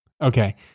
Okay